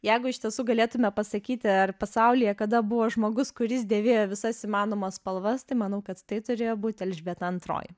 jeigu iš tiesų galėtume pasakyti ar pasaulyje kada buvo žmogus kuris dėvėjo visas įmanomas spalvas tai manau kad tai turėjo būti elžbieta antroji